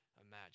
imagine